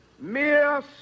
mere